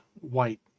white